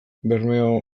bermeoeraz